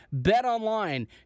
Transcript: Betonline